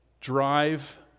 drive